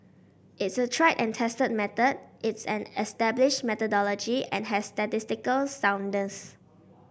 it's a tried and tested method it's an established methodology and has statistical soundness